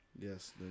Yes